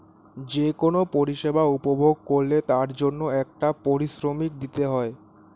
যে কোন পরিষেবা উপভোগ করলে তার জন্যে একটা পারিশ্রমিক দিতে হয়